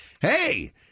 Hey